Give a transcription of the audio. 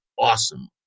awesome